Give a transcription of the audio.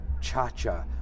cha-cha